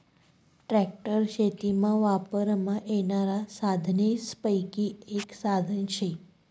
tractor शेतीमा वापरमा येनारा साधनेसपैकी एक साधन शे